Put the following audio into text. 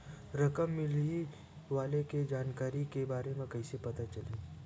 रकम मिलही वाले के जानकारी के बारे मा कइसे पता चलही?